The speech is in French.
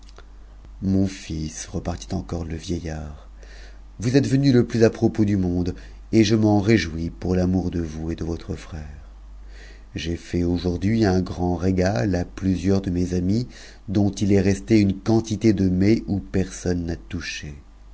mon fils repartit encore le vieillard vous êtes venu lé plus à propos du monde et je m'en réjouis pour l'amour de vous et de votre ère j'ai fait aujourd'hui un grand régal à plusieurs de mes amis dont est resté une quantité de mets où personne n'a touché